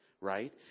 right